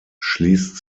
schließt